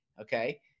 okay